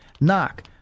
Knock